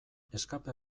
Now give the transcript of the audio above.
escape